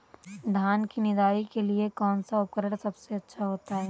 धान की निदाई के लिए कौन सा उपकरण सबसे अच्छा होता है?